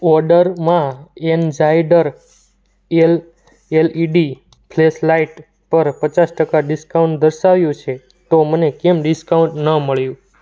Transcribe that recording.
ઓર્ડરમાં એનસાઈડર LLED flashlight પર પચાસ ટકા ડિસ્કાઉન્ટ દર્શાવ્યું છે તો મને કેમ ડિસ્કાઉન્ટ ન મળ્યું